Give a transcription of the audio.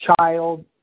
child